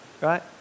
right